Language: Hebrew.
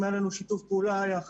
אם היה לנו שיתוף פעולה עם